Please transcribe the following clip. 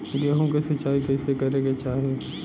गेहूँ के सिंचाई कइसे करे के चाही?